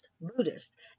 Buddhist